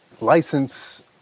license